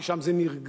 כי שם זה נרגע,